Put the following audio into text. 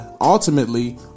ultimately